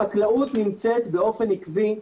החקלאות נמצאת באופן עיקבי,